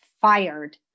fired